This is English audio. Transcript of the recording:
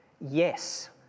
yes